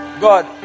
God